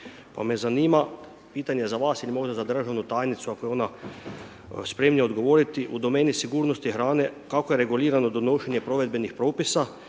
Pa me zanima, pitanje za vas ili možda za državnu tajnicu ako je ona spremnija odgovoriti, u domeni sigurnosti hrane, kako je regulirano donošenje provedbenih propisa